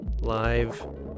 live